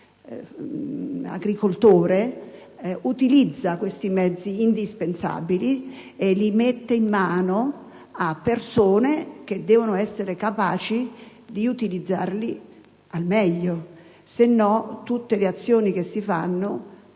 agricoltore, utilizza questi mezzi indispensabili o li mette in mano a persone che devono essere capaci di utilizzarli al meglio; altrimenti, tutte le azioni che si porranno